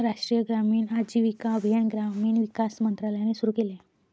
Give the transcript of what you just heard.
राष्ट्रीय ग्रामीण आजीविका अभियान ग्रामीण विकास मंत्रालयाने सुरू केले